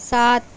سات